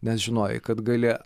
nes žinojai kad gali